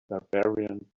barbarian